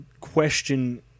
question